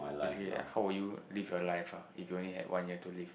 basically like how would you live your life ah if you only had one year to live